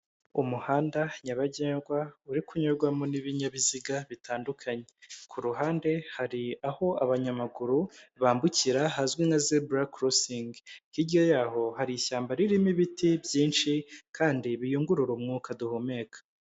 Umuhanda nyabagendwa uri kunyurwamo n'ibinyabiziga bitandukanye, kuruhande hari aho abanyamaguru bambukira hazwi nka zebura korosingi, hiryao yaho hari ishyamba ririmo ibiti byinshi kandi biyungurura umwuka duhumeka.